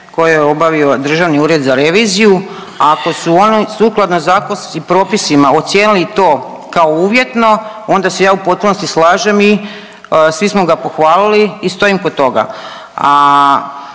koje je obavio Državni ured za reviziju, ako su oni sukladno zakonskim propisima ocijenili to kao uvjetno onda se ja u potpunosti slažem i svi smo ga pohvalili i stojim kod toga.